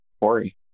Corey